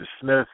Smith